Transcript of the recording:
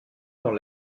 dans